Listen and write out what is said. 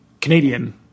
Canadian